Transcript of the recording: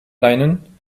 linen